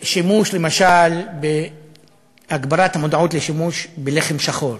למשל, הגברת המודעות לשימוש בלחם שחור.